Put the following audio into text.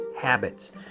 habits